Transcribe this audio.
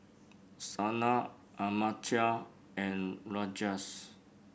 Sanal Amartya and Rajesh